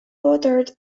bordered